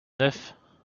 neuf